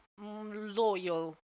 loyal